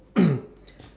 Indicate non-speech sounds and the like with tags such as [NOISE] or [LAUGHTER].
[COUGHS]